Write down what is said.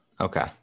Okay